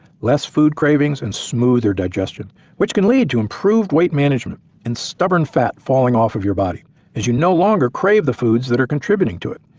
less food cravings, and smoother digestion which can lead to improved weight management and stubborn fat falling off of your body as you no longer crave the foods that are contributing to it.